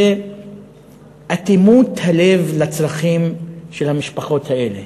זה אטימות הלב לצרכים של המשפחות האלה,